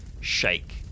shake